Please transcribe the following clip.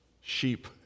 sheep